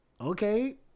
okay